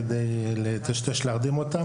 כדי לטשטש ולהרדים אותם.